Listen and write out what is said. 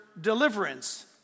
deliverance